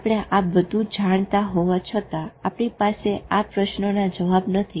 આપણે આ બધું જાણતા હોવા છતાં આપણી પાસે આ પ્રશ્નોના જવાબ નથી